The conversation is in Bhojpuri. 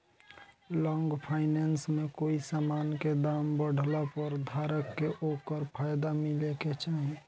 लॉन्ग फाइनेंस में कोई समान के दाम बढ़ला पर धारक के ओकर फायदा मिले के चाही